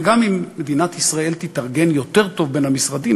וגם אם מדינת ישראל תתארגן יותר טוב בין המשרדים,